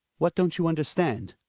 what don't you understand?